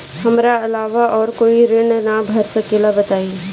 हमरा अलावा और कोई ऋण ना भर सकेला बताई?